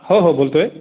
हो हो बोलतो आहे